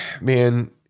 man